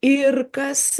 ir kas